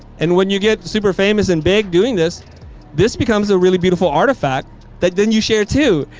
and when you get super famous and big doing this this becomes a really beautiful artifact that then you share too.